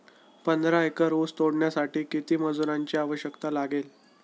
पंधरा एकर ऊस तोडण्यासाठी किती मजुरांची आवश्यकता लागेल?